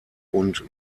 und